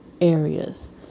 areas